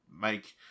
make